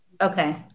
Okay